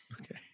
Okay